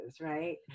right